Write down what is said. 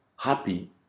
Happy